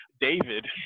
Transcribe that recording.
David